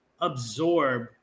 absorb